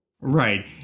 Right